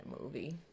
movie